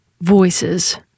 Voices